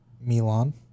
Milan